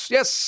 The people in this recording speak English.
Yes